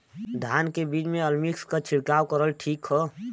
धान के बिज में अलमिक्स क छिड़काव करल ठीक ह?